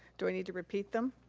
do i need to repeat them?